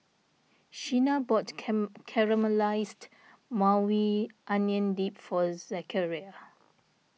Sheena bought came Caramelized Maui Onion Dip for Zachariah